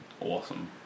awesome